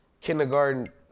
kindergarten